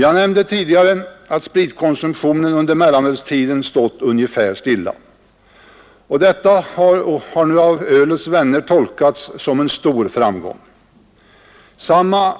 Jag nämnde tidigare att spritkonsumtionen under mellanölstiden stått stilla, och detta har nu av ölets vänner tolkats som en stor framgång. Samma